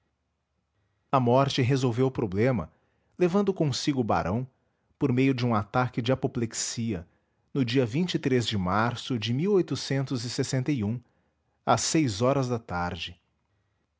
a morte resolveu o problema levando consigo o barão por meio de um ataque de apoplexia no dia vinte e três de março de às seis horas da tarde